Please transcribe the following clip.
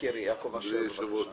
אדוני היושב-ראש,